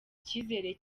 icyizere